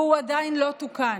והוא עדיין לא תוקן.